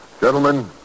Gentlemen